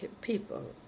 people